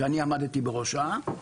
שאני עמדתי בראשה,